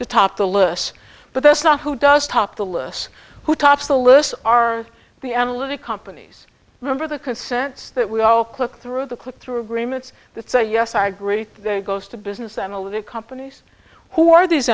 to top the list but that's not who does top the list who tops the list are the analytic companies remember the consensus that we all click through the click through agreements that say yes i agree that it goes to business analytic companies who are these